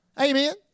Amen